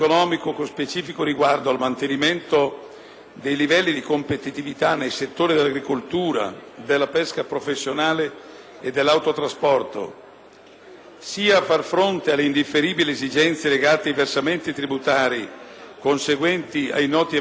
dei livelli di competitività nei settori dell'agricoltura, della pesca professionale e dell'autotrasporto, sia a far fronte alle indifferibili esigenze legate ai versamenti tributari conseguenti ai noti eventi sismici che hanno colpito alcuni Comuni